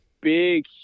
big